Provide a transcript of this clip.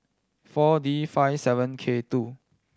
Four D five seven K two